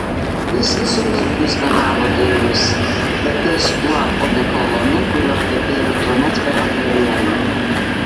jis visuomet bus be galo dailus kvepės tuo odekolonu kuriuo kvepėjo tuomet per vakarienę